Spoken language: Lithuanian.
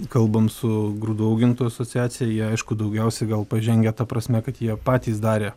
kalbam su grūdų augintojų asociacija jie aišku daugiausiai gal pažengę ta prasme kad jie patys darė